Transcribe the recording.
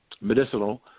medicinal